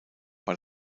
war